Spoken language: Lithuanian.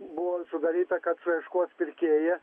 buvo sudaryta kad suieškos pirkėją